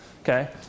Okay